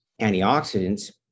antioxidants